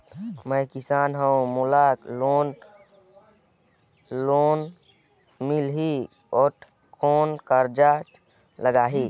मैं किसान हव मोला कौन लोन मिलही? अउ कौन कागज लगही?